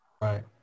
Right